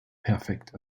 perfekt